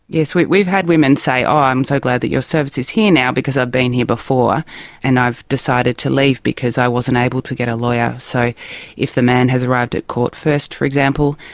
yes, we've we've had women say, i'm so glad that your service is here now because i've been here before and i've decided to leave because i wasn't able to get a lawyer. so if the man has arrived at court first, for example,